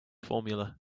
formula